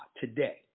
today